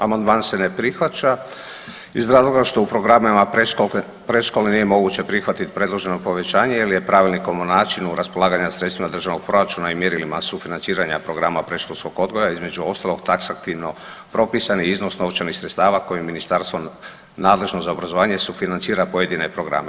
Amandman se ne prihvaća iz razloga što u programima predškole nije moguće prihvatit predloženo povećanje, jer je pravilnikom o načinu raspolaganja sredstvima Državnog proračuna i mjerilima sufinanciranja programa predškolskog odgoja između ostalog taksativno propisan iznos novčanih sredstava kojim Ministarstvo nadležno za obrazovanje sufinancira pojedine programe.